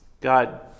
God